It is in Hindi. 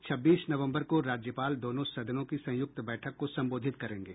छब्बीस नवम्बर को राज्यपाल दोनों सदनों की संयुक्त बैठक को संबोधित करेंगे